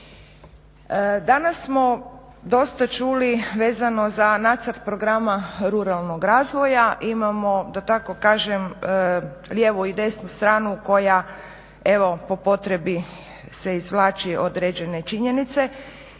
Danas smo dosta čuli vezano za nacrt programa ruralnog razvoja, imamo da tako kažem lijevu i desnu stranu koja evo po potrebi se izvlači određene činjenice.